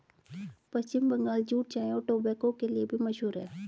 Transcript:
पश्चिम Bengal jute चाय और tobacco के लिए भी मशहूर है